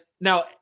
now